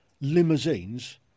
limousines